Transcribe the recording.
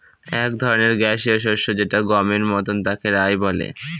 এক রকমের গ্যাসীয় শস্য যেটা গমের মতন তাকে রায় বলে